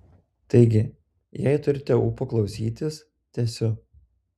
taigi jei turite ūpo klausytis tęsiu